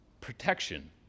protection